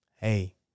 hey